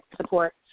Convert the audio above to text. support